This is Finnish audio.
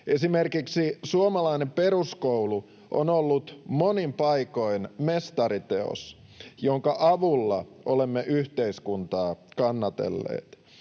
Esimerkiksi suomalainen peruskoulu on ollut monin paikoin mestariteos, jonka avulla olemme yhteiskuntaa kannatelleet.